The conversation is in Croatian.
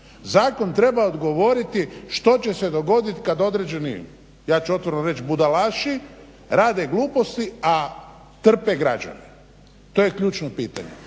Zakon treba odgovoriti što će se dogoditi kad određeni, ja ću otvoreno reći budalaši rade gluposti, a trpe građani. To je ključno pitanje,